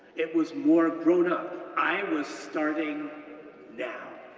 it was more grown up, i was starting now.